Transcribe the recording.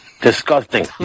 Disgusting